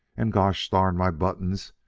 and gosh darn my buttons,